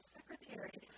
Secretary